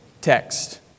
text